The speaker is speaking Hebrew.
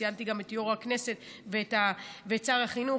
ציינתי גם את יושב-ראש הכנסת ואת שר החינוך,